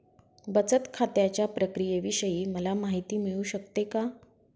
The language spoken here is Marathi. बचत खात्याच्या प्रक्रियेविषयी मला माहिती मिळू शकते का?